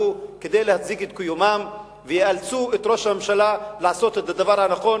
כדי להצדיק את קיומם ויאלצו את ראש הממשלה לעשות את הדבר הנכון.